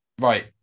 right